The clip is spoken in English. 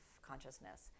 consciousness